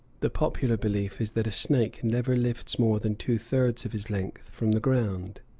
the popular belief is that a snake never lifts more than two-thirds of his length from the ground.